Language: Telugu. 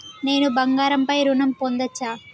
నేను బంగారం పై ఋణం పొందచ్చా?